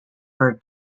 were